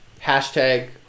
Hashtag